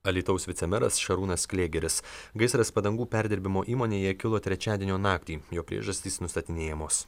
alytaus vicemeras šarūnas klėgeris gaisras padangų perdirbimo įmonėje kilo trečiadienio naktį jo priežastys nustatinėjamos